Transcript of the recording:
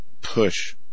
push